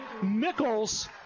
Mickles